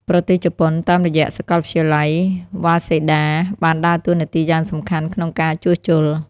ប្រទេសជប៉ុន តាមរយៈសាកលវិទ្យាល័យ វ៉ាសេដា Waseda បានដើរតួនាទីយ៉ាងសំខាន់ក្នុងការជួសជុល។